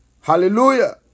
Hallelujah